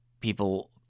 People